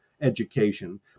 education